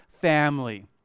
family